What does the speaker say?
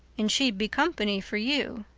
and she'd be company for you.